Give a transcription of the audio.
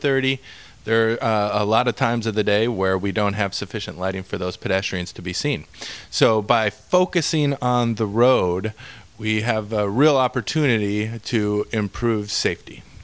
thirty there are a lot of times of the day where we don't have sufficient lighting for those pedestrians to be seen so by focusing on the road we have a real opportunity to improve safety